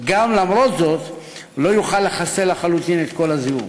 ולמרות זאת הוא לא יוכל לחסל לחלוטין את כל הזיהום.